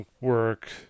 work